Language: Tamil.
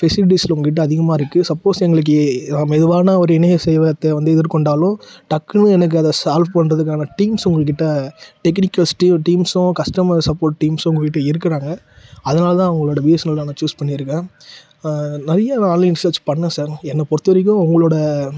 ஃபெசிலிட்டிஸ்லாம் உங்கிட்ட அதிகமாக இருக்குது சப்போஸ் எங்களுக்கு ஏ எதா மெதுவான ஒரு இணைய சேவையத்த வந்து எதிர் கொண்டாலும் டக்குனு எனக்கு அதை சால்வ் பண்ணுறதுக்கான டீம்ஸ் உங்ககிட்ட டெக்னிக்கல் ஸ்டீவ் டீம்ஸும் கஸ்டமர் சப்போர்ட் டீம்ஸும் உங்ககிட்ட இருக்கிறாங்க அதுனால தான் உங்களோட பிஎஸ்என்எல்லை நான் சூஸ் பண்ணியிருக்கேன் நிறைய நான் ஆன்லைன் ரிசேர்ச் பண்ணேன் சார் என்னை பொறுத்த வரைக்கும் உங்களோடய